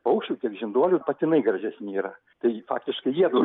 paukščių žinduolių patinai gražesni yra tai faktiškai jiedu